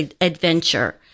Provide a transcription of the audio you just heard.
Adventure